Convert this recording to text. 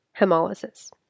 hemolysis